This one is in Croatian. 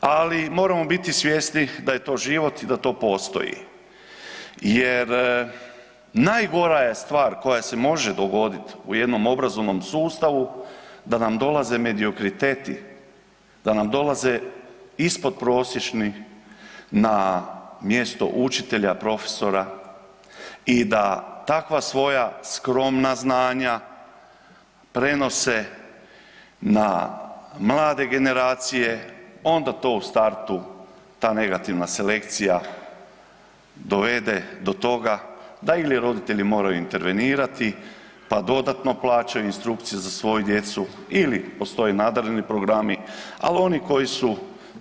Ali moramo biti svjesni da je to život i da to postoji jer najgora stvar koja se može dogoditi u jednom obrazovnom sustavu da nam dolaze mediokriteti, da nam dolaze ispodprosječni na mjesto učitelja, profesora i da takva svoja skromna znanja prenose na mlade generacije onda to u startu ta negativna selekcija dovede do toga da ili roditelji moraju intervenirati pa dodatno plaćaju instrukcije za svoju djecu ili postoje nadareni programi, ali oni koji su